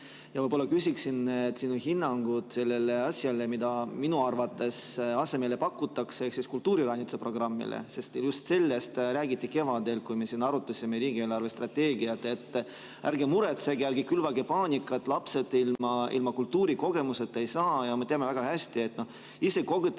asemele? Küsiksin sinu hinnangut sellele asjale, mida minu arvates asemele pakutakse, ehk kultuuriranitsa programmile. Just sellest räägiti kevadel, kui me siin arutasime riigi eelarvestrateegiat, et ärge muretsege, ärge külvake paanikat, lapsed ilma kultuurikogemuseta ei jää. Me teame väga hästi, et ise kogetud